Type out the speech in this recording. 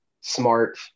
smart